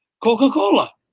Coca-Cola